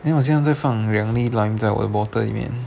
then 好像在放两粒 lime 在我 bottle 里面